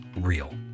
real